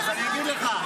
אני אגיד לך.